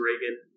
Reagan